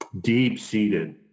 deep-seated